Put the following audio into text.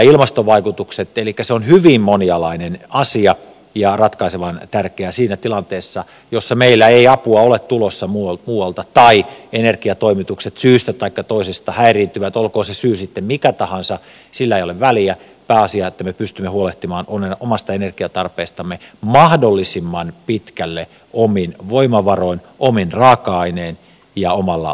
elikkä se on hyvin monialainen asia ja ratkaisevan tärkeä siinä tilanteessa jossa meillä ei apua ole tulossa muualta tai energiatoimitukset syystä taikka toisesta häiriintyvät olkoon se syy sitten mikä tahansa sillä ei ole väliä pääasia että me pystymme huolehtimaan omasta energiantarpeestamme mahdollisimman pitkälle omin voimavaroin omin raaka ainein ja omalla työllämme